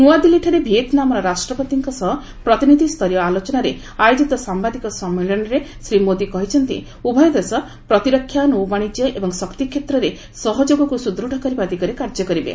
ନୂଆଦିଲ୍ଲୀଠାରେ ଭିଏତ୍ନାମ୍ର ରାଷ୍ଟ୍ରପତିଙ୍କ ସହ ପ୍ରତିନିଧି ସ୍ତରୀୟ ଆଲୋଚନା ପରେ ଆୟୋଜିତ ସାମ୍ଭାଦିକ ସମ୍ମିଳନୀରେ ଶ୍ରୀ ମୋଦି କହିଛନ୍ତି ଉଭୟ ଦେଶ ପ୍ରତିରକ୍ଷ ନୌବାଶିଜ୍ୟ ଏବଂ ଶକ୍ତି କ୍ଷେତ୍ରରେ ସହଯୋଗକୁ ସୁଦୃତ୍ କରିବା ଦିଗରେ କାର୍ଯ୍ୟ କରିବେ